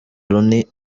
loni